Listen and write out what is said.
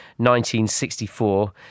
1964